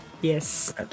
yes